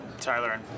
Tyler